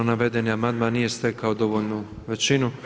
Navedeni amandman nije stekao dovoljnu većinu.